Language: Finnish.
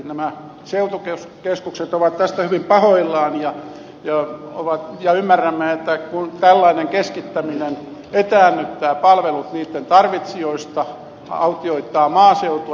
nämä seutukeskukset ovat tästä hyvin pahoillaan ja ymmärrämme että tällainen keskittäminen etäännyttää palvelut niitten tarvitsijoista autioittaa maaseutua ja maakuntia